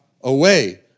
away